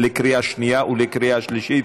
בקריאה שנייה וקריאה שלישית.